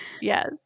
Yes